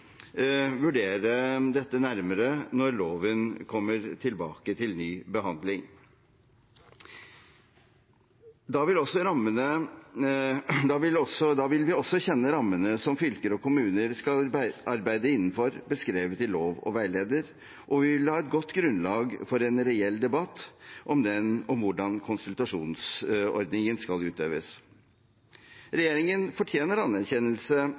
vurdere dette nærmere når loven kommer tilbake til ny behandling. Da vil vi også kjenne rammene som fylker og kommuner skal arbeide innenfor, beskrevet i lov og veileder, og vi vil ha et godt grunnlag for en reell debatt om hvordan konsultasjonsordningen skal utøves. Regjeringen fortjener anerkjennelse